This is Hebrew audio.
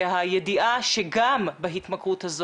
והידיעה שגם בהתמכרות הזו,